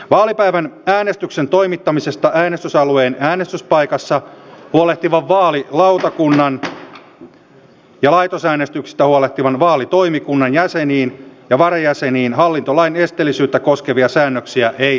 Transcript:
vaalipäivän äänestyksen toimittamisesta äänestysalueen äänestyspaikassa huolehtivan vaalilautakunnan ja laitosäänestyksestä huolehtivan vaalitoimikunnan jäseniin ja varajäseniin hallintolain esteellisyyttä koskevia säännöksiä ei sovellettaisi